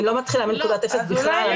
אני לא מתחילה מנקודת אפס בכלל --- לא,